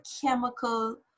chemical